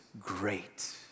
great